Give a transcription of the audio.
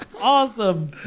Awesome